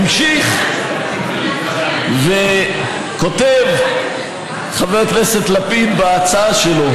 ממשיך וכותב חבר הכנסת לפיד בהצעה שלו,